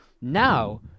Now